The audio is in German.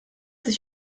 sich